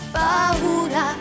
paura